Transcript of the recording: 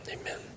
Amen